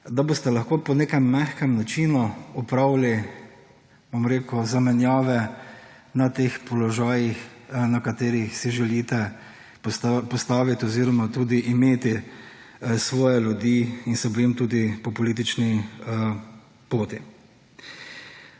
da boste lahko po nekem mehkem načinu opravili, bom rekel, zamenjave na teh položajih, na katerih si želite postavit oziroma tudi imeti svoje ljudi in se bojim tudi po politični poti.